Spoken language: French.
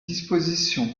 dispositions